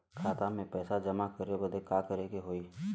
खाता मे पैसा जमा करे बदे का करे के होई?